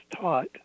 taught